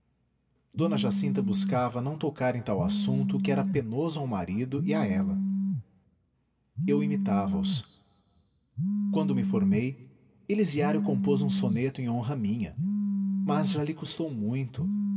d jacinta buscava não tocar em tal assunto que era penoso ao marido e a ela eu imitava os quando me formei elisiário compôs um soneto em honra minha mas já lhe custou muito